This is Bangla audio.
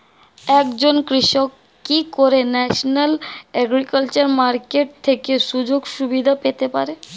একজন কৃষক কি করে ন্যাশনাল এগ্রিকালচার মার্কেট থেকে সুযোগ সুবিধা পেতে পারে?